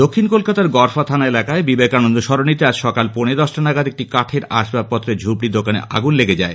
দক্ষিণ কলকাতার গড়ফা থানা এলাকায় বিবেকান্দ সরনীতে আজ সকাল পৌনে দশটা নাগাদ একটি কাঠের আসবাবপত্রের ঝুপড়ী দোকানে আগুন লেগে যায়